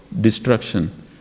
destruction